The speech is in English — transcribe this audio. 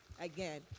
again